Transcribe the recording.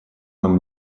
нам